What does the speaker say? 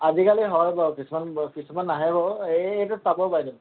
আজিকালি হয় বাৰু কিছুমান কিছুমান নাহে বাৰু এই এইটোত পাব বাইদেউ